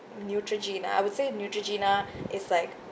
Neutrogena I would say Neutrogena is like